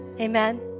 Amen